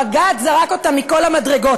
בג"ץ זרק אותם מכל המדרגות?